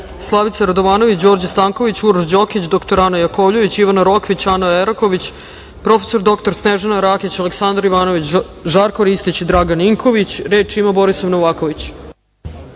Slavica Radovanović, Đorđe Stanković, Uroš Đokić, dr Ana Jakovljević, Ivana Rokvić, Ana Eraković, prof. dr Snežana Rakić, Aleksandar Ivanović, Žarko Ristić i Dragan Ninković. Reč ima Borislav Novaković.